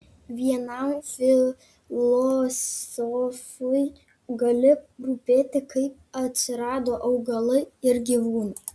vienam filosofui gali rūpėti kaip atsirado augalai ir gyvūnai